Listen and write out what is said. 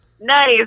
Nice